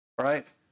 Right